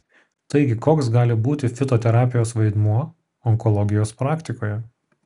taigi koks gali būti fitoterapijos vaidmuo onkologijos praktikoje